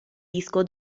disco